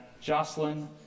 Jocelyn